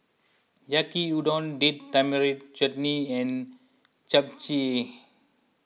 Yaki Udon Date Tamarind Chutney and Japchae